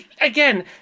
again